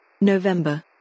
November